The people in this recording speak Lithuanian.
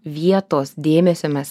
vietos dėmesio mes